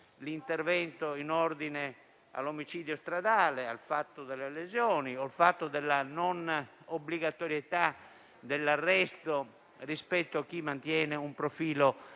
l'intervento in ordine all'omicidio stradale, al profilo delle lesioni o della non obbligatorietà dell'arresto rispetto a chi mantiene un